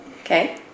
Okay